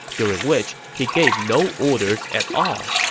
during which he gave no orders at all.